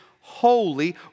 holy